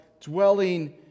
dwelling